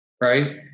right